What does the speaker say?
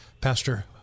Pastor